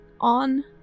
on